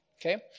okay